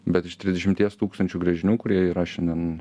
bet iš trisdešimties tūkstančių gręžinių kurie yra šiandien